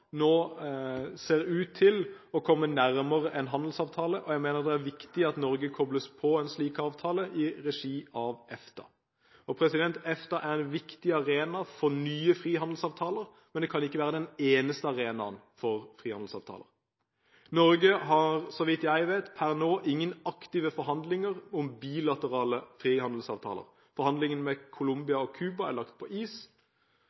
nå ser ut til å komme nærmere en handelsavtale, og jeg mener det er viktig at Norge kobles på en slik avtale i regi av EFTA. EFTA er en viktig arena for nye frihandelsavtaler, men det kan ikke være den eneste arenaen for frihandelsavtaler. Norge har – så vidt jeg vet – per nå ingen aktive forhandlinger om bilaterale frihandelsavtaler. Forhandlingene med Colombia og Cuba er lagt på is,